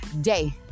day